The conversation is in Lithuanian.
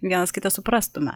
vienas kitą suprastume